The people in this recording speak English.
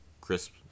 crisp